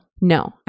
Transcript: No